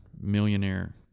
millionaire